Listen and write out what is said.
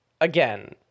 again